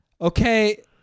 okay